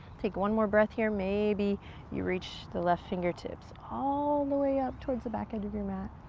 take one more breath here. maybe you reach the left fingertips all the way up towards the back edge of your mat.